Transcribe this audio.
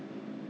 I don't